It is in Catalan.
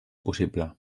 possible